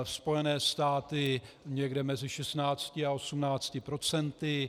Spojené státy někde mezi 16 a 18 procenty.